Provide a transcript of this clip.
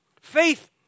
Faith